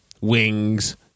wings